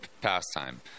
pastime